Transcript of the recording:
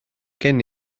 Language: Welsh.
gen